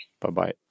bye-bye